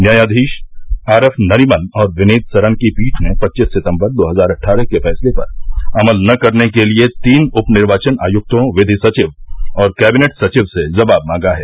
न्यायाधीश R F Nariman और विनीत सरन की पीठ ने पच्चीस सितम्बर दो हजार अट्ठारह के फैसले पर अमल न करने के लिए तीन उपनिर्वाचन आयुक्तों विधि सचिव और कैबिनेट सचिव से जवाब मांगा है